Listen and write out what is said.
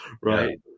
Right